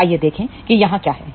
तो आइए देखें कि यहाँ क्या है